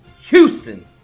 Houston